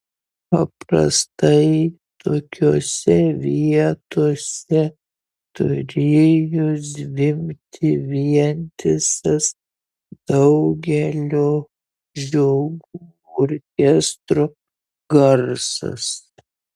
paprastai tokiose vietose turėjo zvimbti vientisas daugelio žiogų orkestro garsas